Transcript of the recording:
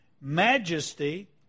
majesty